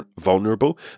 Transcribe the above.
vulnerable